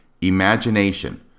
imagination